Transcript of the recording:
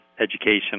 education